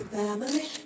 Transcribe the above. family